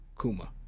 Kuma